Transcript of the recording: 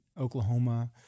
Oklahoma